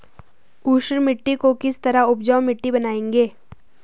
ऊसर मिट्टी को किस तरह उपजाऊ मिट्टी बनाएंगे?